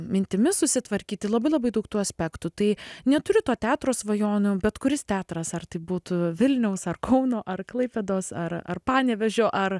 mintimis susitvarkyti labai labai daug tų aspektų tai neturiu to teatro svajonių bet kuris teatras ar tai būtų vilniaus ar kauno ar klaipėdos ar ar panevėžio ar